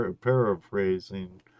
paraphrasing